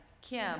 Kim